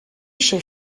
eisiau